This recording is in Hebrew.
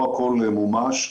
לא הכול מומש.